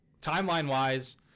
Timeline-wise